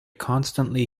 constantly